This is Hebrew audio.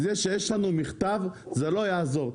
וזה שיש לנו מכתב זה לא יעזור.